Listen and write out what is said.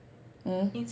mm